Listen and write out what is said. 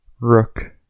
Rook